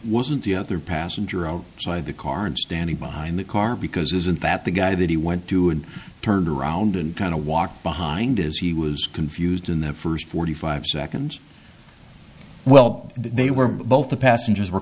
wasn't the other passenger ok so i had the current standing behind the car because isn't that the guy that he went to and turned around and kind of walked behind as he was confused in the first forty five seconds well they were both the passengers were